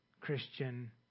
Christian